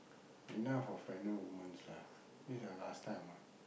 enough of pregnant women lah this the last time ah